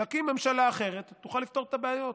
תקים ממשלה אחרת, תוכל לפתור את הבעיות.